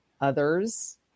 others